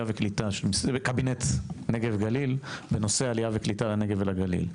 קבינט נגב-גליל בנושא עלייה וקליטה לנגב ולגליל.